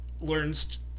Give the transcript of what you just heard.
Learns